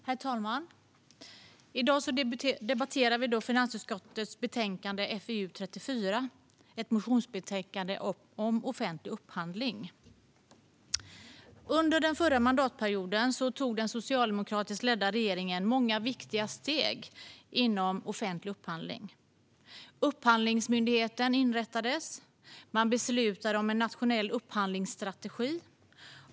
Herr talman! I dag debatterar vi finansutskottets betänkande FiU34, ett motionsbetänkande om offentlig upphandling. Under förra mandatperioden tog den socialdemokratiskt ledda regeringen många viktiga steg inom offentlig upphandling. Upphandlingsmyndigheten inrättades. Man beslutade om en nationell upphandlingsstrategi.